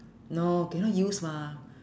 no cannot use lah